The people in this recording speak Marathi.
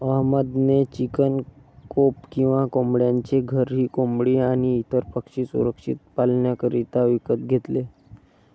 अहमद ने चिकन कोप किंवा कोंबड्यांचे घर ही कोंबडी आणी इतर पक्षी सुरक्षित पाल्ण्याकरिता विकत घेतले